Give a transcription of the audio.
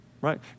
Right